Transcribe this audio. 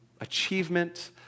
achievement